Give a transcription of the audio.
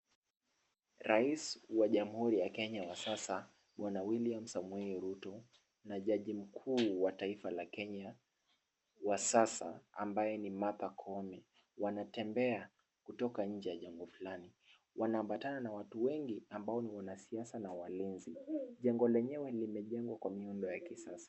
Rais wa jamhuri ya kenya wa sasa bwana William Samoei Ruto na jaji mkuu wa taifa la kenya wa sasa ambaye ni Martha Koome wanatembea kutoka nje ya jengo fulani. Wanaambatana na watu wengi ambao ni wanasiasa na walinzi. Jengo lenyewe limejengwa kwa miundo ya kisasa.